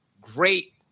great